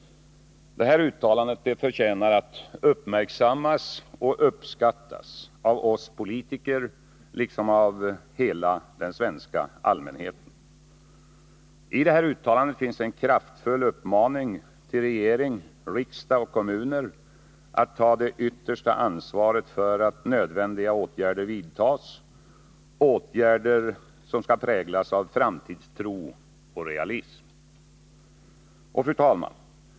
Det här uttalandet förtjänar att uppmärksammas och uppskattas av oss politiker liksom av hela den svenska allmänheten. I uttalandet finns en kraftfull uppmaning till regering, riksdag och kommuner att ta det yttersta ansvaret för att nödvändiga åtgärder vidtas — åtgärder som skall präglas av framtidstro och realism. Fru talman!